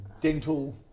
dental